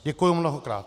Děkuju mnohokrát.